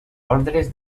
ordres